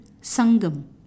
Sangam